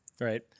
Right